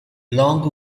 long